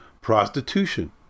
prostitution